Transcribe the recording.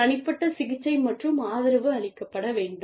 தனிப்பட்ட சிகிச்சை மற்றும் ஆதரவு அளிக்கப்பட வேண்டும்